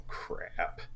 crap